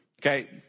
Okay